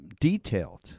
detailed